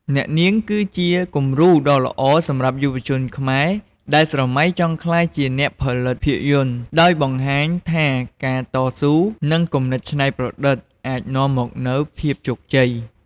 អ្នកនាងគឺជាគំរូដ៏ល្អសម្រាប់យុវជនខ្មែរដែលស្រមៃចង់ក្លាយជាអ្នកផលិតភាពយន្ត ដោយបង្ហាញថាការតស៊ូ និងគំនិតច្នៃប្រឌិតអាចនាំមកនូវភាពជោគជ័យ។